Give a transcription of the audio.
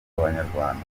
abanyarwanda